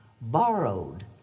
borrowed